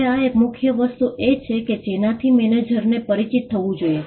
હવે આ એક મુખ્ય વસ્તુ છે કે જેનાથી મેનેજરને પરિચિત થવું જોઈએ